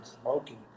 smoking